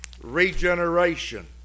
regeneration